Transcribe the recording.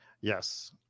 yes